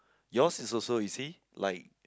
yours is also you see like